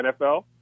NFL